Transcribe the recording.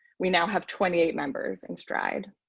we now have twenty eight members in stride.